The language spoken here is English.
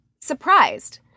surprised